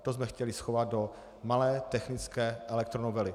To jsme chtěli schovat do malé technické elektronovely.